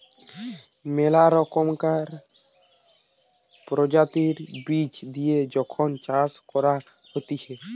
মেলা রকমকার প্রজাতির বীজ দিয়ে যখন চাষ করা হতিছে